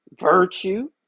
virtue